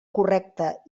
correcta